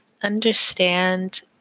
Understand